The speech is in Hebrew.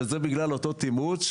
וזה בגלל אותו תמרוץ,